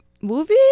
movie